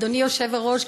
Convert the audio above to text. אדוני היושב-ראש,